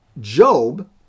Job